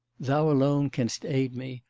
thou alone canst aid me,